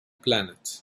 planet